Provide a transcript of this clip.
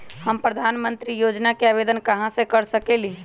हम प्रधानमंत्री योजना के आवेदन कहा से कर सकेली?